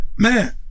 Man